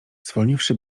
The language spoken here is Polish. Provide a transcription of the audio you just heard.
zwolniwszy